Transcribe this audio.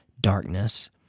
darkness